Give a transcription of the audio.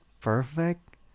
perfect